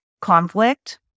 conflict